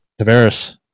Tavares